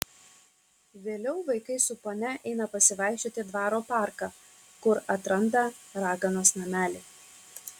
vėliau vaikai su ponia eina pasivaikščioti į dvaro parką kur atranda raganos namelį